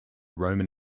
roman